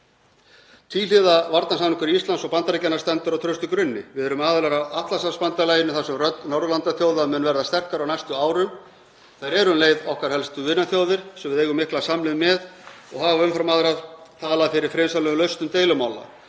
Tvíhliða varnarsamningur Íslands og Bandaríkjanna stendur á traustum grunni. Við erum aðilar að Atlantshafsbandalaginu þar sem rödd Norðurlandaþjóða mun verða sterkari á næstu árum. Þær eru um leið okkar helstu vinaþjóðir sem við eigum mikla samleið með og hafa umfram aðrar talað fyrir friðsamlegum lausnum deilumála.